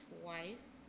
twice